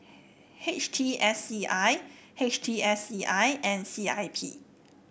H T S C I H T S C I and C I P